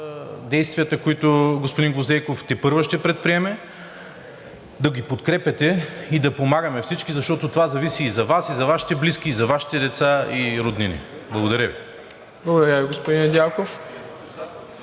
действията, които господин Гвоздейков тепърва ще предприеме, да ги подкрепяте и да помагаме всички, защото това е и и за Вас, и за Вашите близки, и за Вашите деца и роднини. Благодаря Ви. ПРЕДСЕДАТЕЛ